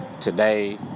today